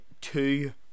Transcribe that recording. two